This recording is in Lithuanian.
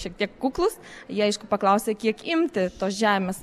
šiek tiek kuklūs jie aišku paklausė kiek imti tos žemės